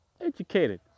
educated